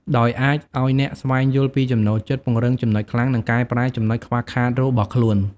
ដោយអាចឲ្យអ្នកស្វែងយល់ពីចំណូលចិត្ត ពង្រឹងចំណុចខ្លាំង និងកែប្រែចំណុចខ្វះខាតរបស់ខ្លួន។